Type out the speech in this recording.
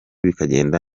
bikagenda